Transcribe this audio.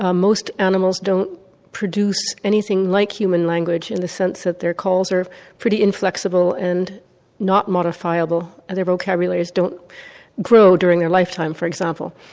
um most animals don't produce anything like human language in the sense that their calls are pretty inflexible and not modifiable and their vocabularies don't grow during their lifetime for example.